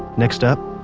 next up,